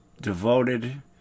devoted